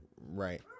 Right